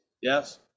yes